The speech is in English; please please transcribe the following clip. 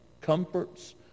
comforts